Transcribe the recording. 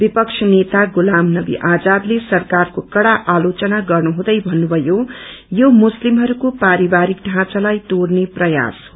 विपब नेता गुताम नवी आजादले सरकारको कड़ा आलोचना गर्नुहुँदै भन्नुषयो कि यो मुस्तिमहरूको पारिवारिक ढाँचालाई तोइने प्रयास गरिन्दैछ